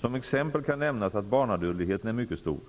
Som exempel kan nämnas att barnadödligheten är mycket stor.